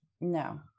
No